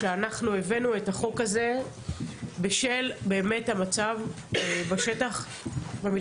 שאנחנו הבאנו את החוק הזה באמת בשל המצב בשטח ובשל